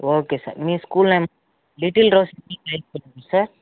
okay sir మీ school name little rose English high school ఏ కదా సార్